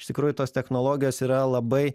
iš tikrųjų tos technologijos yra labai